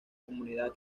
comunidad